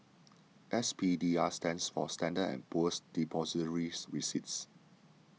S P D R stands for Standard and Poor's Depositories Receipts